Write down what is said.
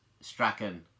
Strachan